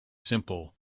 simple